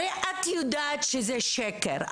את הרי יודעת שזה שקר,